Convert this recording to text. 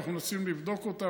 אנחנו מנסים לבדוק אותן.